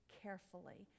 carefully